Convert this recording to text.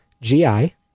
GI